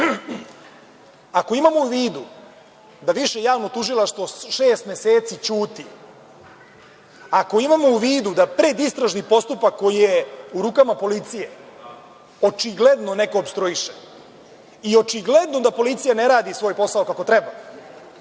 imamo u vidu da Više javno tužilaštvo šest meseci ćuti, ako imamo u vidu da predistražni postupak koji je u rukama policije očigledno neko opstruiše i očigledno da policija ne radi svoj posao kako treba,